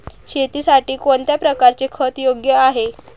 शेतीसाठी कोणत्या प्रकारचे खत योग्य आहे?